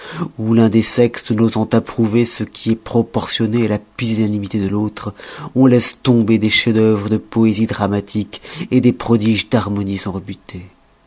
où l'un des sexes n'osant approuver que ce qui est proportionné à la pusillanimité de l'autre on laisse tomber des chefs-d'œuvre de poésie dramatique et des prodiges d'harmonie sont rebutés